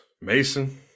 Mason